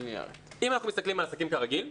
אם אנחנו מסתכלים על העסקים כרגיל,